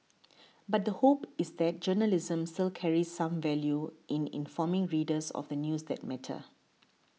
but the hope is that journalism still carries some value in informing readers of the news that matter